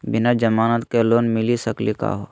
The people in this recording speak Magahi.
बिना जमानत के लोन मिली सकली का हो?